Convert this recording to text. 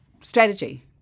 strategy